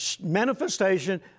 manifestation